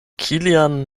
kilian